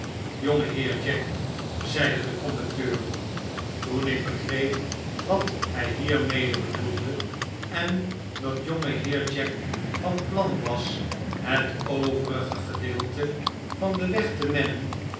jongeheer jack zeide de conducteur toen ik begreep wat hij hiermede bedoelde en dat jongeheer jack van plan was het overige gedeelte van den weg te mennen